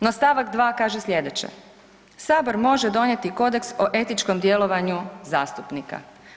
No, stavak 2 kaže slijedeće: Sabor može donijeti kodeks o etičkom djelovanju zastupnika.